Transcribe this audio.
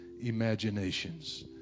imaginations